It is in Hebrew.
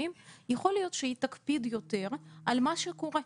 יכול להיות שהיא תקפיד יותר על מה שקורה.